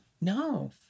No